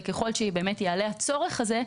וככל שיעלה הצורך הזה,